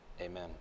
Amen